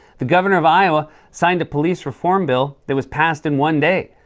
the governor of iowa signed a police reform bill that was passed in one day.